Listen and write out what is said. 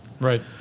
Right